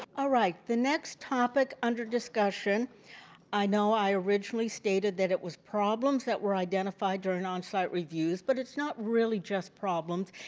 alright. the next topic under discussion i know i originally stated that it was problems that were identified during on-site reviews but it's not really just problems,